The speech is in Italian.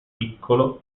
piccolo